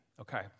Okay